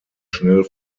schnell